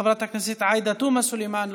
חברת הכנסת עאידה תומא סלימאן,